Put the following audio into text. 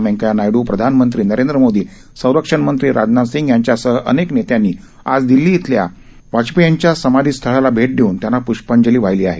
व्यंकैय्या नायडू प्रधानमंत्री नरेंद्र मोदी संरक्षणंत्री राजनाथसिंह यांच्यासह अनेक नेत्यांनी आज दिल्ली इथल्या वाजपेयींच्या समाधीस्थळाला भेट देऊन त्यांना प्ष्पांजली वाहिली आहे